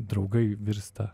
draugai virsta